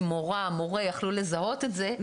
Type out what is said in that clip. אם פעם מורים יכלו לזהות את זה,